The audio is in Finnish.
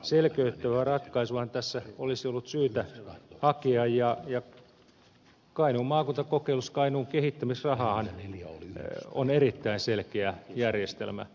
tämmöistä selkeyttävää ratkaisuahan tässä olisi ollut syytä hakea ja kainuun maakuntakokeilussa kainuun kehittämisrahahan on erittäin selkeä järjestelmä